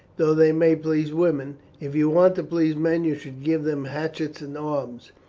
though they may please women. if you want to please men you should give them hatchets and arms.